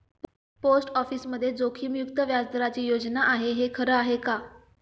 Post ऑफिसमध्ये जोखीममुक्त व्याजदराची योजना आहे, हे खरं आहे का?